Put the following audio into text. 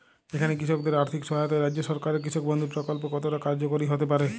এখানে কৃষকদের আর্থিক সহায়তায় রাজ্য সরকারের কৃষক বন্ধু প্রক্ল্প কতটা কার্যকরী হতে পারে?